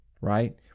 right